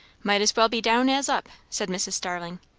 might as well be down as up, said mrs. starling.